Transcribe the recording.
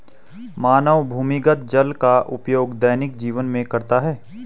मानव भूमिगत जल का उपयोग दैनिक जीवन में करता है